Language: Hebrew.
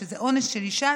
אונס של אישה,